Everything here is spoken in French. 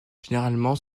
généralement